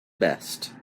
best